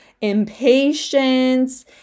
impatience